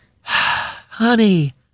Honey